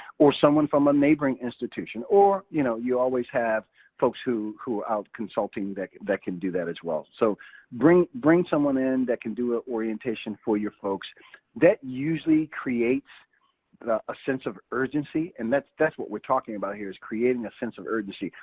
or someone from a neighboring institution. or you know you always have folks who are out consulting that that can do that as well. so bring bring someone in that can do an orientation for your folks that usually creates ah ah sense of urgency. and that's that's what we're talking about here is creating a sense of urgency.